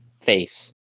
face